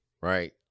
right